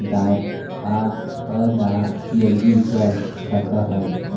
अदायगी कर सकऽ हई